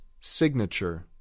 signature